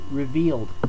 revealed